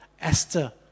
Esther